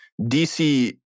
DC